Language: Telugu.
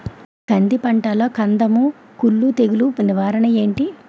కంది పంటలో కందము కుల్లు తెగులు నివారణ ఏంటి?